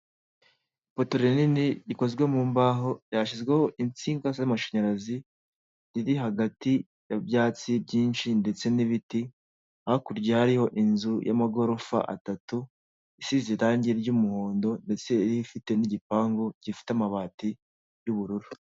Ipoto rinini rikozwe mu mbaho ryashyizweho insinga z'amashanyarazi riri hagati y'ibyatsi byinshi ndetse n'ibiti, hakurya hariho inzu y'amagorofa atatu isize irange ry'umuhondo ndetse ifite n'igipangu gifite amabati y'ubururu.